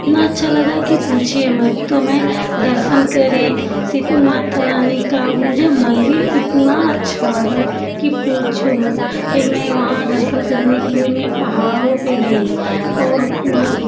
इतना अच्छा लगा की पूछिए मत तो मैं दर्शन करी माता रानी का मुझे मंदिर इतना अच्छा लगा कि पूछो मत फिर मैं वहाँ दर्शन करने के लिए मैं पहाड़ों पे गई और वहाँ